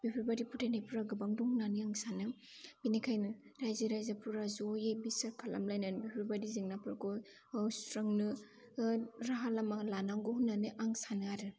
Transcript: बेफोरबादि फोथाइनाय फोरा गोबां दं होननानै आं सानो बिनिखायनो रायजो राजाफोरा ज'यै बिसार खालाम लायनानै बेफोरबादि जेंनाफोरखौ सुस्रांनो राहा लामा लानांगौ होननानै आं सानो आरो